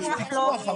נגיד את האמת,